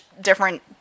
different